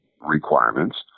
requirements